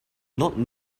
not